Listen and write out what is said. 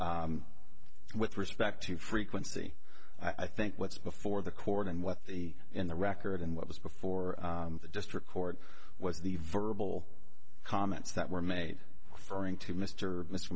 with respect to frequency i think what's before the court and what in the record and what was before the district court was the verbal comments that were made for him to mr mr